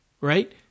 right